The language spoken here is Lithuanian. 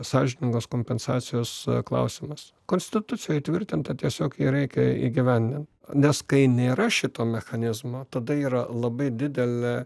sąžiningos kompensacijos klausimas konstitucijoj įtvirtinta tiesiog reikia įgyvendint nes kai nėra šito mechanizmo tada yra labai didelė